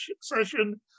session